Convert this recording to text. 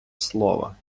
слова